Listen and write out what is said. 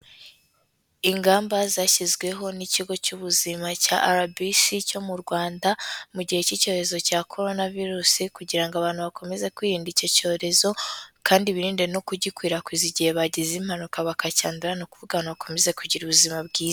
Ingamba zashyizweho n'ikigo cy'ubuzima cya RBC cyo mu Rwanda, mu gihe cy'icyorezo cya Corona virus, kugira ngo abantu bakomeze kwirinda icyo cyorezo, kandi birinde no kugikwirakwiza, igihe bagize impanuka bakacyandura ni ukuvuga abantu bagakomeze kugira ubuzima bwiza.